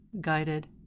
guided